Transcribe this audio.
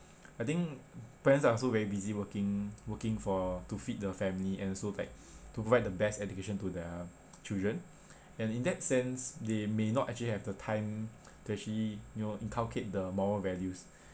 I think parents are also very busy working working for to feed the family and so like to provide the best education to their children and in that sense they may not actually have the time to actually you know inculcate the moral values